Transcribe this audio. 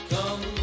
Come